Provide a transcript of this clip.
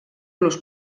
los